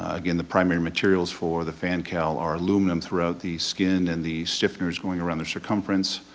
again, the primary materials for the fan cowl are aluminum throughout the skin and the shifter's going around the circumstance,